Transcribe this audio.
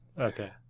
Okay